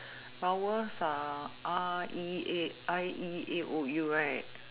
vowels are A E A I E A O U right